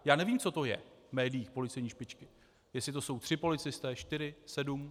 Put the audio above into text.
Já nevím, co to je v médiích policejní špičky, jestli to jsou tři policisté, čtyři, sedm?